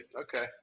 Okay